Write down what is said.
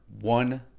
one